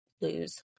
lose